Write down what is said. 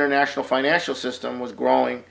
international financial system was growing